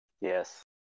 Yes